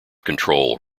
control